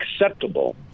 acceptable